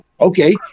Okay